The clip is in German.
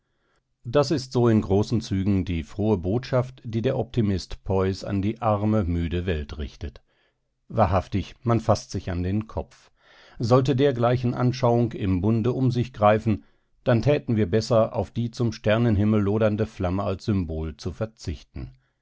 das ist so in großen zügen die frohe botschaft die der optimist peus an die arme müde welt richtet wahrhaftig man faßt sich an den kopf sollte dergleichen anschauung im bunde um sich greifen dann täten wir besser auf die zum sternenhimmel lodernde flamme als symbol zu verzichten